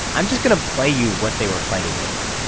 i'm just going to play you what they were fighting over.